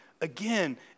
again